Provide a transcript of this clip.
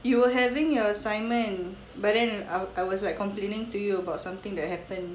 you were having your assignment but then I was like complaining to you about something that happened